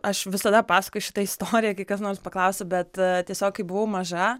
aš visada pasakoju šitą istoriją kai kas nors paklausia bet tiesiog kai buvau maža